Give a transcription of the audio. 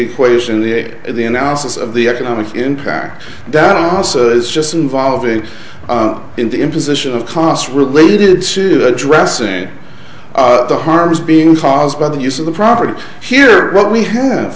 equation the way the analysis of the economic impact that also is just involving the imposition of costs related to addressing the harm is being caused by the use of the property here what we have